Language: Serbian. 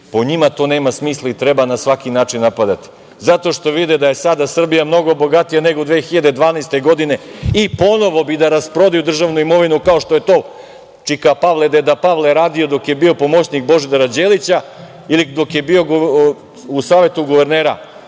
Po njima to nema smisla i treba na svaki način napadati, zato što vide da je sada Srbija mnogo bogatija nego u 2012. godine i ponovo bi da rasprodaju državnu imovinu, kao što je to čika Pavle, deda Pavle radio dok je bio pomoćnik Božidara Đelića ili dok je bio u Savetu guvernera